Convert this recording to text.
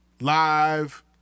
live